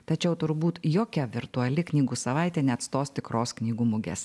tačiau turbūt jokia virtuali knygų savaitė neatstos tikros knygų mugės